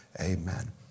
Amen